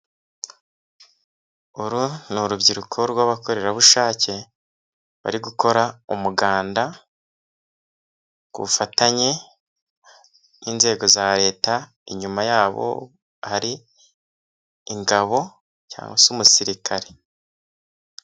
Uru ni urubyiruko rw'abakorerabushake bari gukora umuganda ku bufatanye n'inzego za leta, inyuma yabo hari ingabo cyangwa se umusirikare.